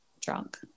drunk